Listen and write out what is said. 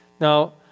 Now